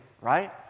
right